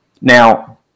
Now